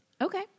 Okay